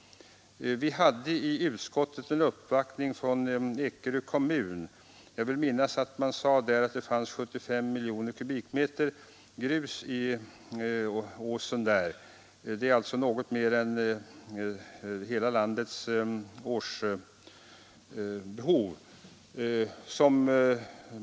Vi hade i utskottet en uppvaktning från Ekerö kommun. Jag vill minnas att man sade att det fanns 75 miljoner kubikmeter grus i åsen på Ekerö. Det är något mer än hela landets årsbehov.